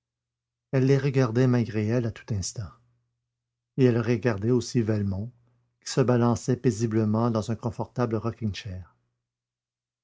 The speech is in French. les regardait malgré elle à tout instant et elle regardait aussi velmont qui se balançait paisiblement dans un confortable rocking chair